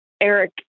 Eric